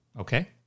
Okay